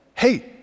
hey